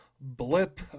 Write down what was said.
blip